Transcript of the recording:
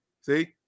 see